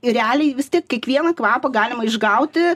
ir realiai vis tiek kiekvieną kvapą galima išgauti